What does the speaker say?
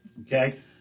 Okay